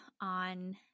on